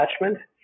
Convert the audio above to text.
attachment